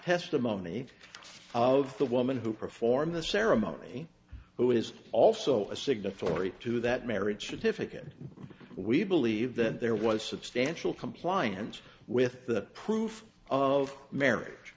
testimony of the woman who performed the ceremony who is also a signatory to that marriage certificate we believe that there was substantial compliance with the proof of marriage